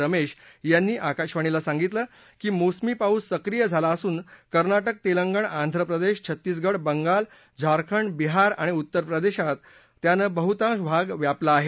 smash यांनी आकाशवाणीला सांगितलं की मोसमी पाऊस सक्रीय झाला असून कर्नाटक तेलंगण आंध्र प्रदेश छत्तीसगड बंगाल झारखंड बिहार आणि उत्तर प्रदेशात त्यानं बहुतांश भाग व्यापला आहे